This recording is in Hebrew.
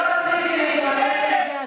אני לא רציתי להיכנס לזה,